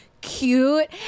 cute